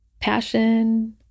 Passion